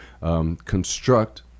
construct